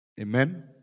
amen